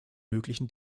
möglichen